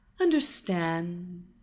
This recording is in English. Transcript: Understand